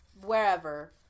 wherever